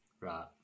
Right